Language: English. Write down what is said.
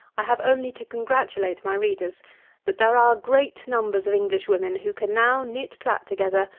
i have only to congratulate my readers that there are great numbers of english women who can now knit, plat together,